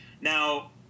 Now